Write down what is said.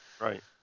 Right